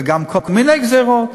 וגם כל מיני גזירות.